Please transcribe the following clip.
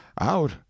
out